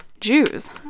Jews